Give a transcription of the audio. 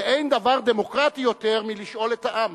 שאין דבר דמוקרטי יותר מלשאול את העם.